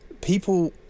people